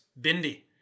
Bindi